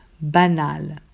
banal